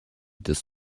this